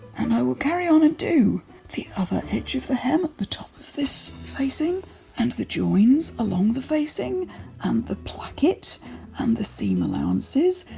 and i will carry on and do the other edge of the hem at the top of this facing and the joins, along the facing and the placket and the seam allowances.